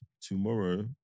tomorrow